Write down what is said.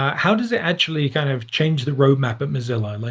um how does it actually kind of change the roadmap at mozilla? like,